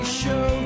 show